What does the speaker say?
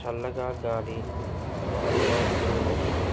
చల్లగా గాలి పాలుగా చెయ్యవచ్చు